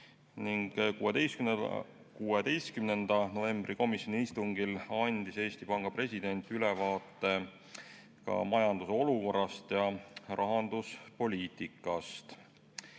ning 16. novembri komisjoni istungil andis Eesti Panga president ülevaate ka majanduse olukorrast ja rahanduspoliitikast.